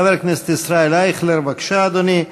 חבר הכנסת ישראל אייכלר, בבקשה, אדוני.